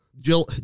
Jill